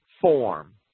form